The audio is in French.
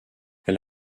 elle